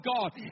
God